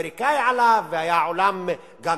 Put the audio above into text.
והיה לחץ אמריקאי עליו,